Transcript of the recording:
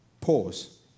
Pause